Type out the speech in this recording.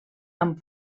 amb